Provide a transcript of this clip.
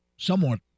somewhat